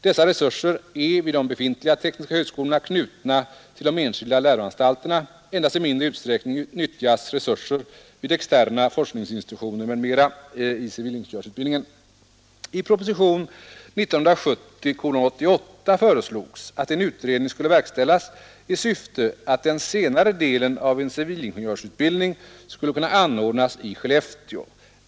Dessa resurser är vid de befintliga tekniska högskolorna knutna till de enskilda läroanstalterna — endast i mindre utsträckning nyttjas resurser vid externa forskningsinstitutioner m.m. i civilingenjörsutbildningen. I proposition 88 år 1970 föreslogs att en utredning skulle verkställas i syfte att den senare delen av en civilingenjörsutbildning skulle kunna anordnas i Skellefteå.